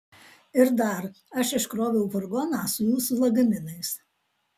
ir dar aš iškroviau furgoną su jūsų lagaminais